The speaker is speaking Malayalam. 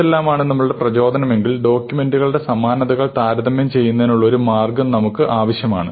ഇതെല്ലാമാണ് നമ്മുടെ പ്രചോദനമാണെങ്കിൽ ഡോക്യൂമെന്റുകളുടെ സമാനതകൾ താരതമ്യം ചെയ്യുന്നതിനുള്ള ഒരു മാർഗം നമുക്ക് ആവശ്യമാണ്